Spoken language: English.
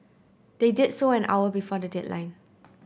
they did so an hour before the deadline